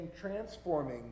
transforming